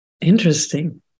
Interesting